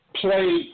play